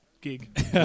gig